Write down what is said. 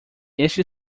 este